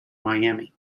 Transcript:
miami